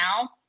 now